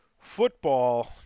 football